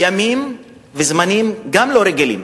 ימים וזמנים גם לא רגילים.